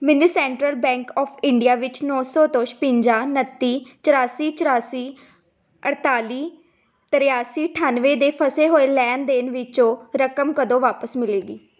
ਮੈਨੂੰ Central Bank of India ਵਿੱਚ ਨੌਂ ਸੌ ਤੋਂ ਛਿਵੰਜਾ ਉਨੱਤੀ ਚੁਰਾਸੀ ਚੁਰਾਸੀ ਅਠਤਾਲੀ ਤ੍ਰਿਆਸੀ ਅਠਾਨਵੇਂ ਦੇ ਫਸੇ ਹੋਏ ਲੈਣ ਦੇਣ ਵਿੱਚੋਂ ਰਕਮ ਕਦੋਂ ਵਾਪਸ ਮਿਲੇਗੀ